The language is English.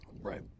Right